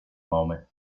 moment